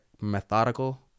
methodical